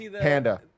Panda